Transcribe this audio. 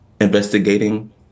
investigating